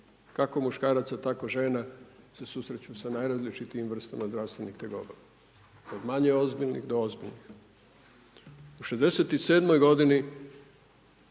kako muškaraca tako i žena se susreću sa najrazličitijim vrstama zdravstvenih tegoba od manje ozbiljnih do ozbiljnih. U 67. godini